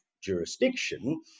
jurisdiction